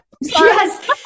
yes